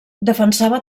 defensava